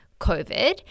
COVID